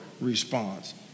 response